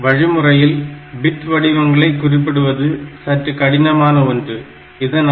வழிமுறையில் பிட் வடிவங்களை குறிப்பிடுவது சற்று கடினமான ஒன்று இதனால்